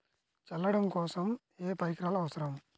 చల్లడం కోసం ఏ పరికరాలు అవసరం?